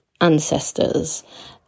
ancestors